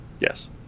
Yes